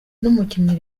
n’umukinnyi